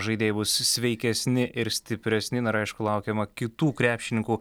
žaidėjai bus sveikesni ir stipresni na ir aišku laukiama kitų krepšininkų